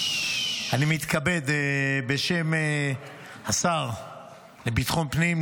בשם השר לביטחון פנים,